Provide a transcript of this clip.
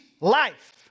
life